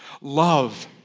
Love